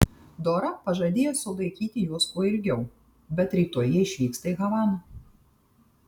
dora pažadėjo sulaikyti juos kuo ilgiau bet rytoj jie išvyksta į havaną